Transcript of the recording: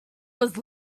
was